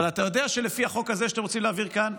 אבל אתה יודע שלפי החוק הזה שאתם רוצים להעביר כאן,